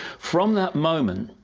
from that moment,